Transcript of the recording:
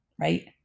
right